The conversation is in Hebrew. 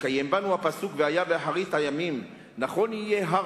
ויתקיים בנו הפסוק: "והיה באחרית הימים נכון יהיה הר